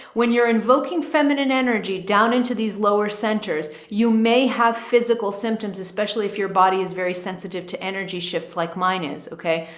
you're invoking feminine energy down into these lower centers. you may have physical symptoms, especially if your body is very sensitive to energy shifts like mine is okay.